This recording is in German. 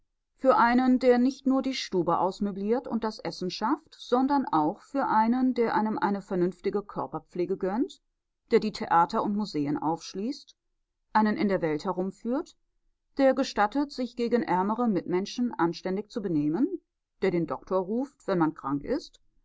für einen der nicht nur die stube ausmöbliert und das essen schafft sondern auch für einen der einem eine vernünftige körperpflege gönnt der die theater und museen aufschließt einen in der welt herumführt der gestattet sich gegen ärmere mitmenschen anständig zu benehmen der den doktor ruft wenn man krank ist